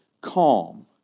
calm